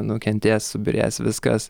nukentės subyrės viskas